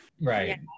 Right